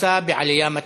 נמצא בעלייה מתמדת.